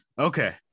Okay